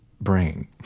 brain